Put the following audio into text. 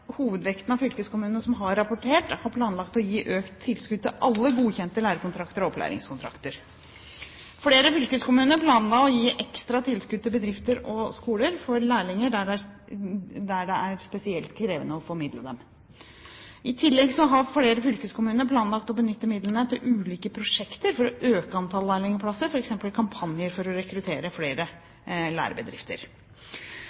hovedvekten av fylkeskommunene som har rapportert, har planlagt å gi økt tilskudd til alle godkjente lærekontrakter og opplæringskontrakter. Flere fylkeskommuner planla å gi ekstra tilskudd til bedrifter og skoler for lærlingplasser det er spesielt krevende å formidle. I tillegg har flere fylkeskommuner planlagt å benytte midlene til ulike prosjekter for å øke antall lærlingplasser, f.eks. til kampanjer for å rekruttere flere